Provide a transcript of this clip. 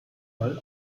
wall